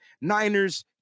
Niners